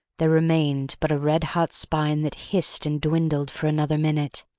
there remained but a red-hot spine that hissed and dwindled for another minute,